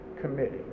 committee